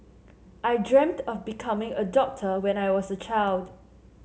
I dreamt of becoming a doctor when I was child